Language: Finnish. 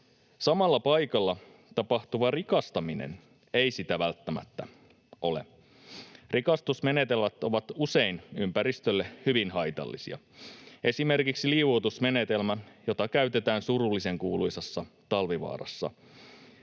samalla paikalla tapahtuva rikastaminen ei sitä välttämättä ole. Rikastusmenetelmät ovat usein ympäristölle hyvin haitallisia, esimerkiksi liuotusmenetelmä, jota käytetään surullisenkuuluisassa Talvivaarassa.